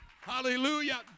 Hallelujah